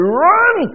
run